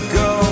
go